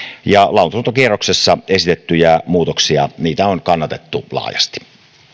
ja lausuntokierroksessa esitettyjä muutoksia on kannatettu laajasti